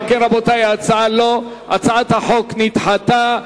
רבותי, הצעת החוק נדחתה.